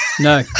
no